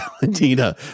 Valentina